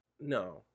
No